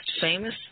famous